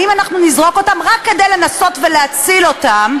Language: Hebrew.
האם אנחנו נזרוק אותם רק כדי לנסות ולהציל אותם?